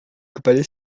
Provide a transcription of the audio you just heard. kepada